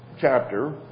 chapter